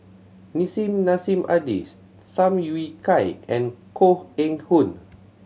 Nissim Nassim Adis Tham Yui Kai and Koh Eng Hoon